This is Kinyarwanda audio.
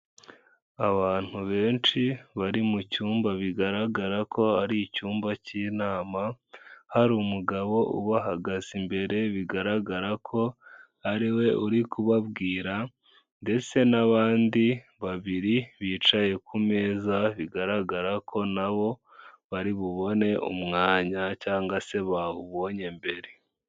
Abantu benshi bari mucyumba bigaragara ko ari icyumba cy'inama hari umugabo ubahagaze imbere bigaragara ko ariwe uri kubabwira ndetse n'abandi babiri bicaye ku meza bigaragara ko nabo bari bubone umwanya cyangwa se bawubonye mbere.